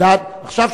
חבר הכנסת אלדד, בבקשה.